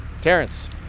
Terrence